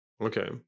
Okay